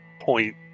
point